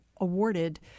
awarded